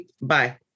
bye